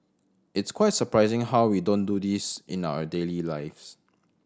it's quite surprising how we don't do this in our daily lives